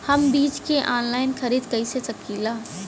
हम बीज के आनलाइन कइसे खरीद सकीला?